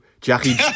Jackie